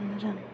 मोजां